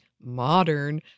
modern